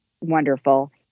wonderful